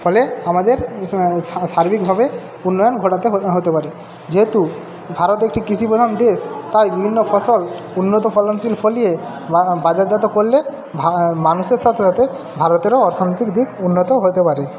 ফলে আমাদের সার্বিকভাবে উন্নয়ন ঘটাতে হতে পারে যেহেতু ভারত একটি কৃষিপ্রধান দেশ তাই বিভিন্ন ফসল উন্নত ফলনশীল ফলিয়ে বাজারজাত করলে মানুষের সাথে সাথে ভারতেরও অর্থনৈতিক দিক উন্নত হতে পারে